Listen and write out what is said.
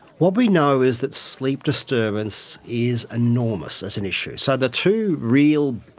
what we know is that sleep disturbance is enormous as an issue. so the two real,